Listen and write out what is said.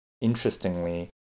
Interestingly